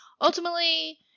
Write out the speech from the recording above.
Ultimately